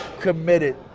committed